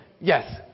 Yes